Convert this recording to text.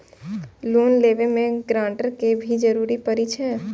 Loan लेबे में guarantor के भी जरूरी परे छै?